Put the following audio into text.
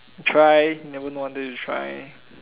try never know until you try